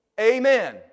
Amen